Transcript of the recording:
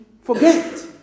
forget